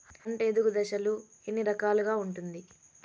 పంట ఎదుగు దశలు ఎన్ని రకాలుగా ఉంటుంది?